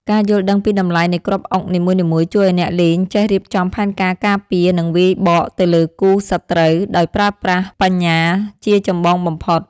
ការយល់ដឹងពីតម្លៃនៃគ្រាប់អុកនីមួយៗជួយឱ្យអ្នកលេងចេះរៀបចំផែនការការពារនិងវាយបកទៅលើគូសត្រូវដោយប្រើប្រាស់បញ្ញាជាចម្បងបំផុត។